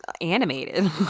animated